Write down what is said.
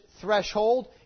threshold